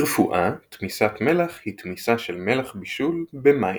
ברפואה, תמיסת מלח היא תמיסה של מלח בישול במים.